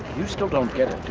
you still don't get